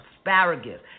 asparagus